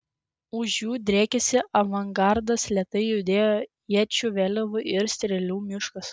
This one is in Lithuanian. už jų driekėsi avangardas lėtai judėjo iečių vėliavų ir strėlių miškas